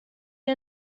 are